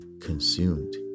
consumed